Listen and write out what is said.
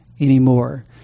anymore